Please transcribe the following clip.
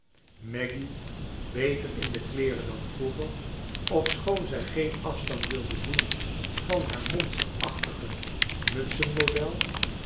maggy beter in de kleeren dan vroeger ofschoon zij geen afstand wilde doen van haar monsterachtige mutsenmodel